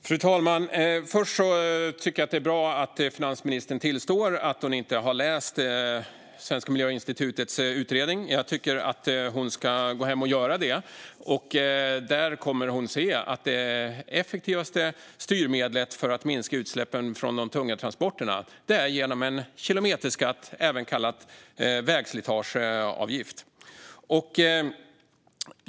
Fru talman! Först och främst tycker jag att det är bra att finansministern tillstår att hon inte har läst Svenska Miljöinstitutets utredning. Jag tycker att hon ska gå hem och göra det. Där kommer hon att se att det effektivaste styrmedlet för att minska utsläppen från de tunga transporterna är en kilometerskatt, även kallat vägslitageavgift.